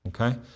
Okay